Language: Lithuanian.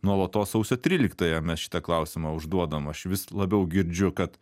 nuolatos sausio tryliktąją mes šitą klausimą užduodam aš vis labiau girdžiu kad